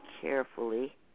carefully